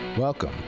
welcome